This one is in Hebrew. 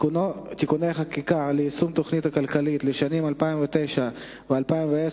(תיקוני חקיקה ליישום התוכנית הכלכלית לשנים 2009 ו-2010),